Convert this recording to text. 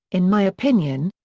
in my opinion,